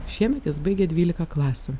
šiemet jis baigia dvylika klasių